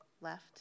left